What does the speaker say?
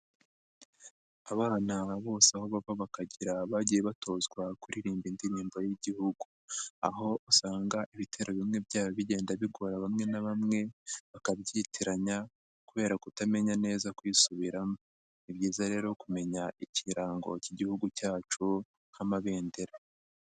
Abana aba bose aho babava bakagera bagiye batozwa kuririmba indirimbo y'igihugu. aho usanga ibitero bimwe byabo bigenda bigora bamwe na bamwe bakabyitiranya kubera kutamenya neza kwisubiramo, ni byiza rero kumenya ikirango cy'igihugu cyacu nk'amabendera.